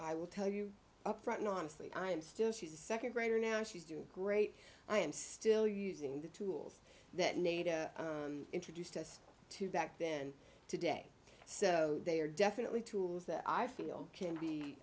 i will tell you upfront no honestly i'm still she's a second grader now and she's doing great i am still using the tools that nato introduced us to back then today so they are definitely tools that i feel can be